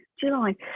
July